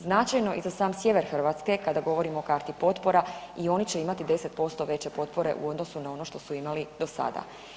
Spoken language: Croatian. Značajno i za sam sjever Hrvatske, kada govorimo o karti potpora, i oni će imati 10% veće potpore u odnosu na ono što su imali do sada.